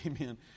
amen